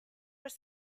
were